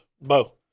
Bo